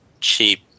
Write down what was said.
cheap